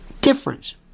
difference